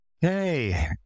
Hey